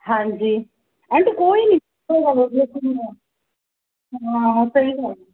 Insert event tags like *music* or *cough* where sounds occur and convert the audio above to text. ਹਾਂਜੀ ਆਂਟੀ *unintelligible* ਕੋਈ ਨਹੀਂ ਹਾਂ ਸਹੀ ਗੱਲ